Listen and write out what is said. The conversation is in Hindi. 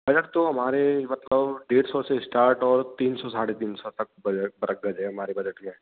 बजट तो हमारे मतलब डेढ़ सौ से स्टार्ट और तीन सौ साढ़े तीन सौ तक बजट वरग गज है हमारे बजट में